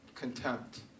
Contempt